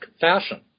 fashion